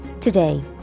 Today